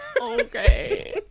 Okay